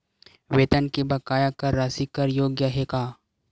वेतन के बकाया कर राशि कर योग्य हे का?